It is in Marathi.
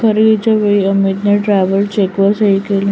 खरेदीच्या वेळी अमितने ट्रॅव्हलर चेकवर सही केली